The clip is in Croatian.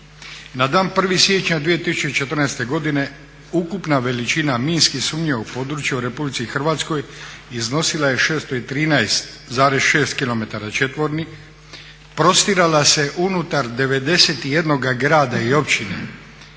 Na dan 1.siječnja 2014.godine ukupna veličina minski sumnjivog područja u RH iznosila je 613,6 km četvornih, prostirala se unutar 91 grada i općine